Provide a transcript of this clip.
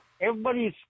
everybody's